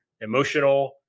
emotional